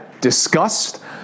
disgust